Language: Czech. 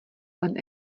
plen